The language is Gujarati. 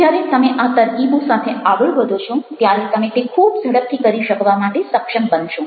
જ્યારે તમે આ તરકીબો સાથે આગળ વધો છો ત્યારે તમે તે ખૂબ ઝડપથી કરી શકવા માટે સક્ષમ બનશો